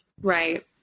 Right